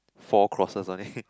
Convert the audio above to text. four crosses on it